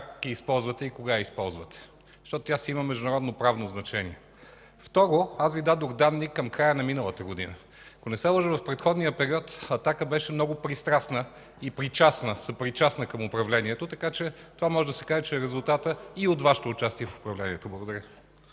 много как и кога я използвате, защото тя си има международноправно значение. Второ, аз Ви дадох данни към края на миналата година. Ако не се лъжа, в предходния период „Атака” беше много пристрастна и съпричастна към управлението, така че може да се каже, че е резултатът и от Вашето участие в управлението. Благодаря